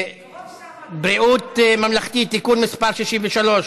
ביטוח בריאות ממלכתי (תיקון מס' 63),